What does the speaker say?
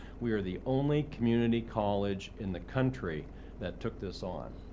we are the only community college in the country that took this on.